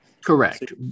Correct